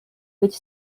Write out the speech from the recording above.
which